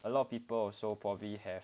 a lot of people also probably have